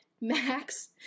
Max